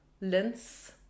lens